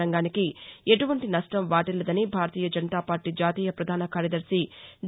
రంగానికి ఎటువంటి నష్ణం వాటిల్లదని భారతీయ జనతాపార్టీ జాతీయ పధాన కార్యదర్శి డి